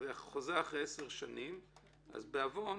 וחוזר אחרי 10 שנים אז בעוון